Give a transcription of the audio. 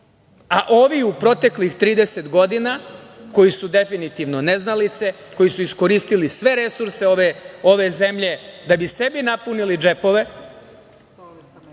a ovi u proteklih 30 godina, koji su definitivno neznalice, koji su iskoristili sve resurse ove zemlje da bi sebi napunili džepove,